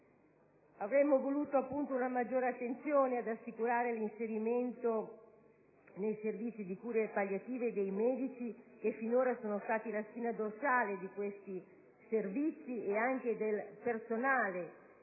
Avremmo voluto una maggiore attenzione nell'assicurare l'inserimento nei servizi di cure palliative dei medici che finora sono stati la spina dorsale di questi servizi, insieme al personale